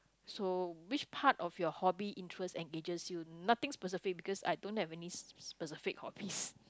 so which part of your hobby interests engages you nothing specific because I don't have any s~ specific hobbies